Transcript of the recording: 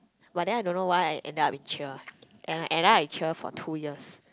but then I don't know why I end up in cheer and I and then I cheer for two years